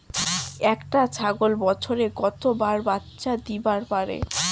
একটা ছাগল বছরে কতবার বাচ্চা দিবার পারে?